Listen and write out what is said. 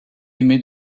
aimé